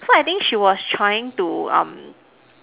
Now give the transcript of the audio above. so I think she was trying to um